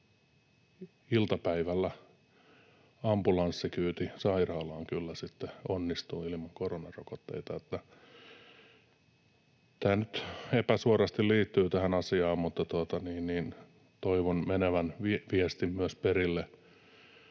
Iltapäivällä ambulanssikyyti sairaalaan kyllä sitten onnistuu ilman koronarokotteita. Tämä nyt epäsuorasti liittyy tähän asiaan, mutta toivon viestin myös menevän